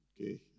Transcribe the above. Okay